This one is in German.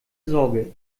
sorge